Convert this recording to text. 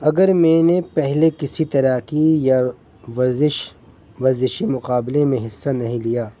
اگر میں نے پہلے کسی تیراکی یا ورزش ورزشی مقابلے میں حصہ نہیں لیا